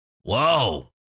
whoa